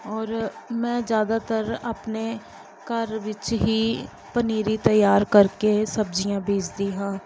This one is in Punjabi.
ਔਰ ਮੈਂ ਜ਼ਿਆਦਾਤਰ ਆਪਣੇ ਘਰ ਵਿੱਚ ਹੀ ਪਨੀਰੀ ਤਿਆਰ ਕਰਕੇ ਸਬਜ਼ੀਆਂ ਬੀਜਦੀ ਹਾਂ